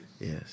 Yes